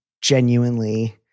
genuinely